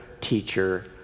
teacher